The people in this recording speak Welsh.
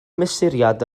mesuriad